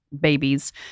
babies